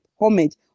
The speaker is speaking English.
homage